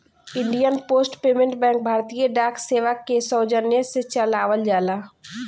Indian post payment bank भारतीय डाक सेवा के सौजन्य से चलावल जाला